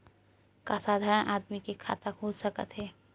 का साधारण आदमी के खाता खुल सकत हे?